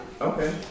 Okay